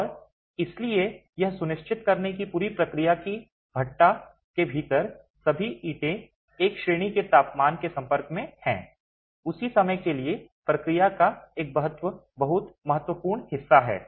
और इसलिए यह सुनिश्चित करने की पूरी प्रक्रिया कि भट्ठा के भीतर सभी ईंटें एक ही श्रेणी के तापमान के संपर्क में हैं उसी समय के लिए प्रक्रिया का एक बहुत महत्वपूर्ण हिस्सा है